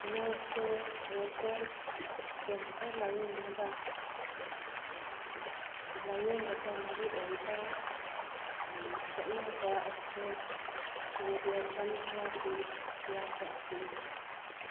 ꯂꯣ stage rectal cancer ꯂꯥꯌꯦꯡꯅꯕ ꯂꯥꯌꯦꯡꯕꯗ ꯃꯔꯨꯑꯣꯏꯕ ꯈꯦꯅꯕ ꯑꯁꯦ ꯔꯦꯗꯤꯌꯦꯁꯟ ꯊꯦꯔꯥꯄꯤ ꯌꯥꯎꯕ ꯑꯁꯤꯅꯤ